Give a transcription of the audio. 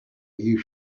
you